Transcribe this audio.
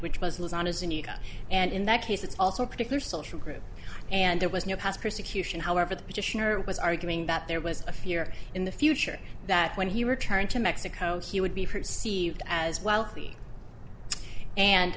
which was on his anita and in that case it's also a particular social group and there was no past persecution however the petitioner was arguing that there was a fear in the future that when he returned to mexico he would be perceived as wealthy and